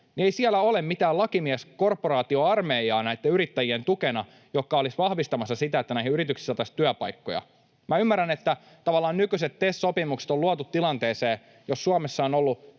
tukena ei ole mitään lakimieskorporaatioarmeijaa, joka olisi vahvistamassa sitä, että näihin yrityksiin saataisiin työpaikkoja. Minä ymmärrän, että tavallaan nykyiset TES-sopimukset on luotu tilanteeseen, jossa Suomessa on ollut